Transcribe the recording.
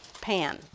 pan